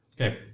Okay